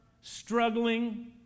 struggling